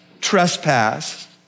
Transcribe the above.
trespassed